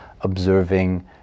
observing